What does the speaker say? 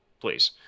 please